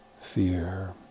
fear